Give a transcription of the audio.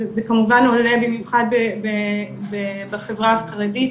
זה כמובן עולה במיוחד בחברה החרדית,